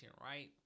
right